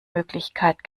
möglichkeit